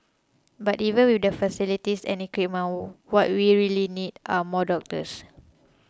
but even with the facilities and equipment what we really need are more doctors